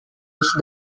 used